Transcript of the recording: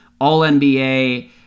All-NBA